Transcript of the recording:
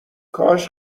کاش